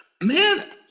Man